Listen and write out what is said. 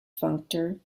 functor